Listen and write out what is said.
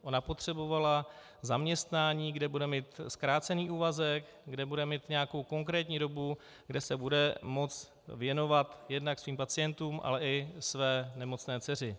Ona potřebovala zaměstnání, kde bude mít zkrácený úvazek, kde bude mít nějakou konkrétní dobu, kde se bude moci věnovat jednak svým pacientům, ale i své nemocné dceři.